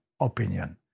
opinion